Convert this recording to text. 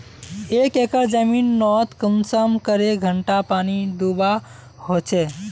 एक एकर जमीन नोत कुंसम करे घंटा पानी दुबा होचए?